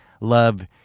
love